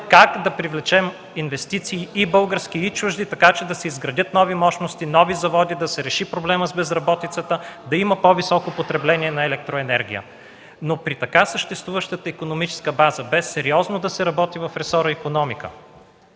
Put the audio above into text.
как да привлечем инвестиции – български и чужди, така че да се изградят нови мощности, нови заводи и да се реши проблемът с безработицата, да има по-високо потребление на електроенергия. При така съществуващата икономическа база – без сериозно да се работи в ресора „Икономика”,